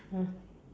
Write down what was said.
ah